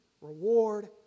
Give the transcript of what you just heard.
reward